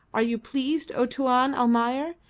are you pleased, o tuan almayer?